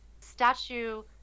statue